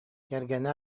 кэргэнэ